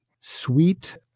sweet